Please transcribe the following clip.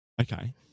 Okay